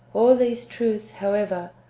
all these truths, however,